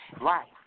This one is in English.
Right